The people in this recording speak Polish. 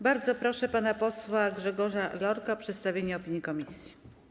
Bardzo proszę pana posła Grzegorza Lorka o przedstawienie opinii komisji.